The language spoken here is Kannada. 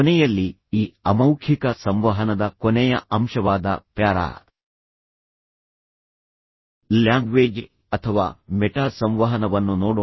ಕೊನೆಯಲ್ಲಿ ಈ ಅಮೌಖಿಕ ಸಂವಹನದ ಕೊನೆಯ ಅಂಶವಾದ ಪ್ಯಾರಾ ಲ್ಯಾಂಗ್ವೇಜ್ ಅಥವಾ ಮೆಟಾ ಸಂವಹನವನ್ನು ನೋಡೋಣ